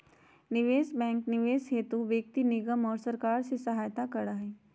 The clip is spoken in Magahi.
निवेश बैंक निवेश हेतु व्यक्ति निगम और सरकार के सहायता करा हई